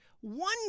one